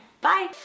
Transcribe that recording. Bye